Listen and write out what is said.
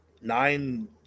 Nine